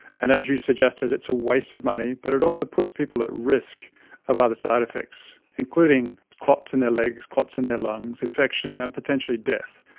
and, as you suggested, it's a waste of money, but it also puts people at risk of other side-effects, including clots in their legs, clots in their lungs, infection, and potentially death.